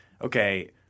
okay